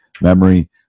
memory